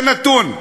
זה נתון.